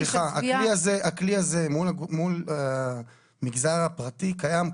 הכלי זה מול המגזר הפרטי קיים כבר,